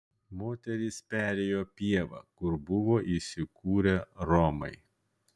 moterys perėjo pievą kur buvo įsikūrę romai